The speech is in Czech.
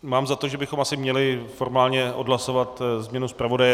Mám za to, že bychom asi měli formálně odhlasovat změnu zpravodaje.